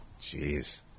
jeez